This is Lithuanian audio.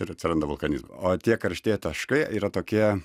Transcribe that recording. ir atsiranda vulkaniz o tie karštieji taškai yra tokie